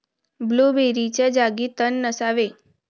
ब्लूबेरीच्या जागी तण नसावे